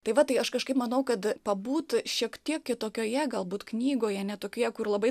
tai va tai aš kažkaip manau kad pabūt šiek tiek kitokioje galbūt knygoje ne tokioje kur labai